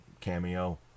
cameo